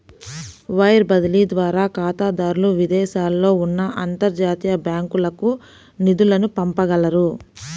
wire బదిలీ ద్వారా ఖాతాదారులు విదేశాలలో ఉన్న అంతర్జాతీయ బ్యాంకులకు నిధులను పంపగలరు